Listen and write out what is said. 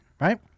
right